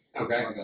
Okay